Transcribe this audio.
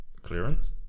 Clearance